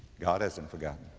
god hasn't forgotten